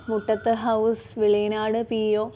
Muttathu house Veliyanad P O